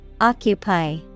Occupy